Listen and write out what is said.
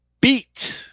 Beat